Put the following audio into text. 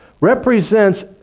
represents